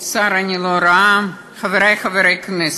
את השר אני לא רואה, חברי חברי הכנסת,